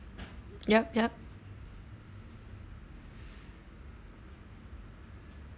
yup yup